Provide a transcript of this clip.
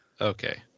Okay